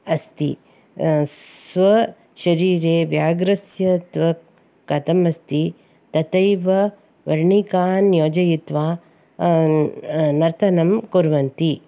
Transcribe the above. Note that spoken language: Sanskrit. अस्ति स्वशरीरे व्याग्रस्य त्वक् कतम् अस्ति ततैव वर्णिकान् योजयित्वा नर्तनं कुर्वन्ति